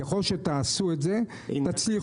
ככל שתעשו את זה, תצליחו.